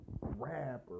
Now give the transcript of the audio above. Rapper